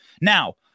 Now